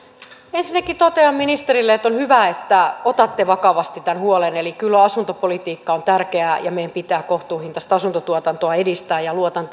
ensinnäkin totean ministerille että on hyvä että otatte vakavasti tämän huolen eli kyllä asuntopolitiikka on tärkeää ja meidän pitää kohtuuhintaista asuntotuotantoa edistää ja luotan